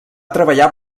treballar